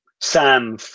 Sam